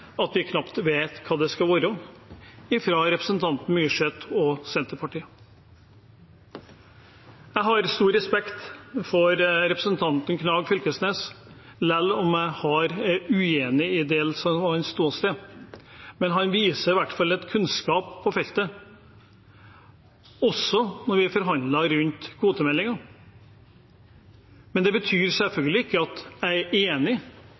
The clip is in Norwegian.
at vi knapt vet hva det skal være. Jeg har stor respekt for representanten Knag Fylkesnes selv om jeg er uenig i hans ståsted. Han viser i hvert fall kunnskap på feltet, også når vi forhandlet rundt kvotemeldingen. Det betyr selvfølgelig ikke at jeg er enig